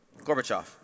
Gorbachev